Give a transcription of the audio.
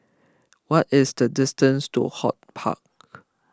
what is the distance to HortPark